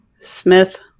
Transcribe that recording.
Smith